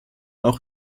auch